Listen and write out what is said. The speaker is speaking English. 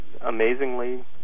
amazingly